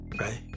Right